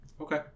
Okay